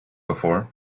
before